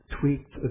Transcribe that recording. tweaked